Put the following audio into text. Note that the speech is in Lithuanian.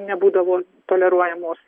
nebūdavo toleruojamos